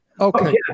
Okay